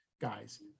guys